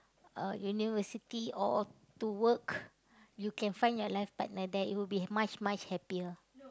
a university or uh to work you can find your life partner there it will be much much happier